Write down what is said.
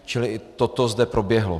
Čili i toto zde proběhlo.